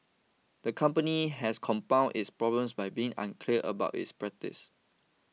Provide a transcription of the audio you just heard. the company has compounded its problems by being unclear about its practices